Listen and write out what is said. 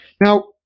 Now